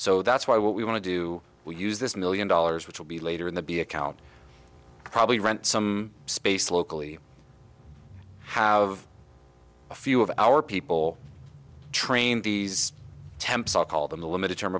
so that's why what we want to do we use this million dollars which will be later in the b account probably rent some space locally have a few of our people trained these temps i call them the limited term